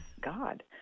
God